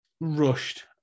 rushed